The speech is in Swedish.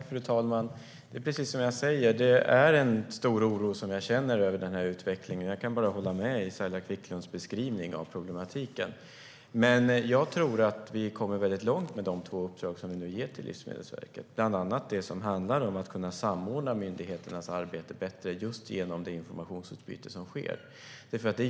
Fru talman! Det är precis som jag säger. Jag känner en stor oro över den här utvecklingen. Jag kan bara hålla med om Saila Quicklunds beskrivning av problematiken. Men jag tror att vi kommer väldigt långt med de två uppdrag som vi nu ger till Livsmedelsverket, bland annat det som handlar om att man ska kunna samordna myndigheternas arbete bättre just genom det informationsutbyte som sker.